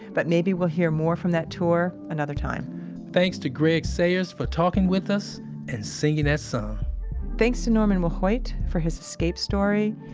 but maybe we'll hear more from that tour another time thanks to gregg sayers for talking with us and singing that song thanks to norman willhoite for his escape story,